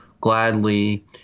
gladly